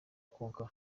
konka